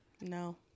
No